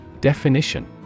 Definition